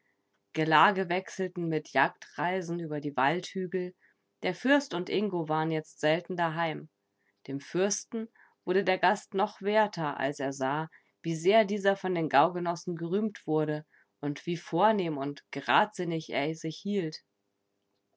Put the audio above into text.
gelage wechselten mit jagdreisen über die waldhügel der fürst und ingo waren jetzt selten daheim dem fürsten wurde der gast noch werter als er sah wie sehr dieser von den gaugenossen gerühmt wurde und wie vornehm und geradsinnig er sich hielt